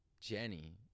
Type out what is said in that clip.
Jenny